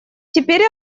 теперь